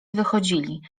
wychodzili